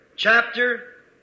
chapter